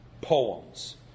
poems